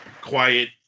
quiet